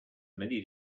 many